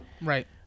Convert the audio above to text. Right